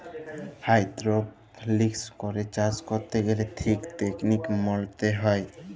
hydroponics করে চাষ ক্যরতে গ্যালে ঠিক টেকলিক মলতে হ্যয়